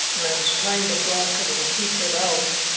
and i was trying to block it and keep it out,